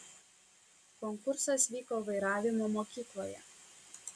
konkursas vyko vairavimo mokykloje